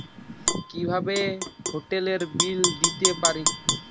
কিভাবে হোটেলের বিল দিতে পারি?